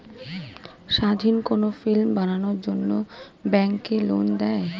স্বাধীন কোনো ফিল্ম বানানোর জন্য ব্যাঙ্ক কি লোন দেয়?